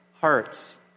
hearts